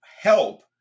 help